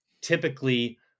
typically